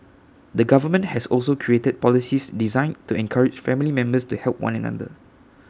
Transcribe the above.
the government has also created policies designed to encourage family members to help one another